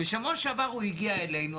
בשבוע שעבר הוא הגיע אלינו,